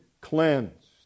cleansed